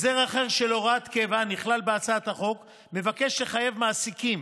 הסדר אחר של הוראת קבע הנכלל בהצעת החוק מבקש לחייב מעסיקים